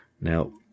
Now